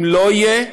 אם לא יהיה,